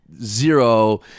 zero